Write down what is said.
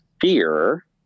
fear